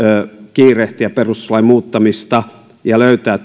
kiirehtiä perustuslain muuttamista ja löytää